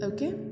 Okay